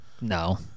No